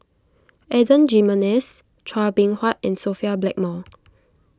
Adan Jimenez Chua Beng Huat and Sophia Blackmore